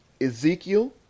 Ezekiel